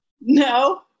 no